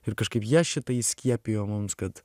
ir kažkaip jie šitą įskiepijo mums kad